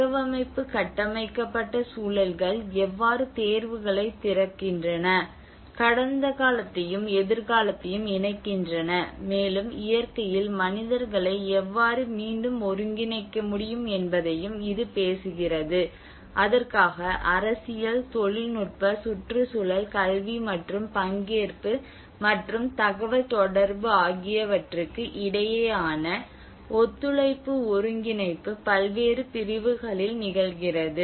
தகவமைப்பு கட்டமைக்கப்பட்ட சூழல்கள் எவ்வாறு தேர்வுகளைத் திறக்கின்றன கடந்த காலத்தையும் எதிர்காலத்தையும் இணைக்கின்றன மேலும் இயற்கையில் மனிதர்களை எவ்வாறு மீண்டும் ஒருங்கிணைக்க முடியும் என்பதையும் இது பேசுகிறது அதற்காக அரசியல் தொழில்நுட்ப சுற்றுச்சூழல் கல்வி மற்றும் பங்கேற்பு மற்றும் தகவல் தொடர்பு ஆகியவற்றுக்கு இடையேயான ஒத்துழைப்பு ஒருங்கிணைப்பு பல்வேறு பிரிவுகளில் நிகழ்கிறது